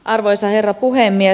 arvoisa herra puhemies